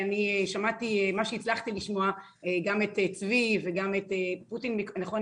ממה שהצלחתי לשמוע גם את צבי וגם את פוטין נכון?